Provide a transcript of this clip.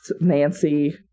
Nancy